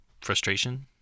frustration